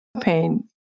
pain